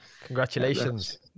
Congratulations